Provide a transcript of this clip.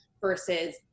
versus